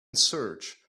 search